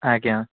ଆଜ୍ଞା